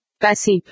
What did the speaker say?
Passive